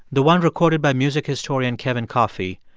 the one recorded by music historian kevin coffey,